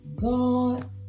God